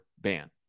ban